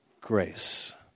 grace